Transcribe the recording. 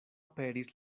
aperis